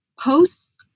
posts